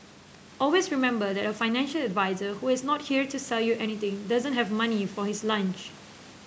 always remember that a financial advisor who is not here to sell you anything doesn't have money for his lunch